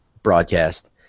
Broadcast